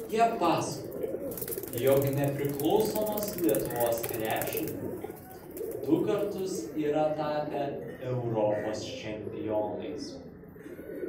jie pasakoja jog nepriklausomos lietuvos krepšininkai du kartus yra tapę europos čempionais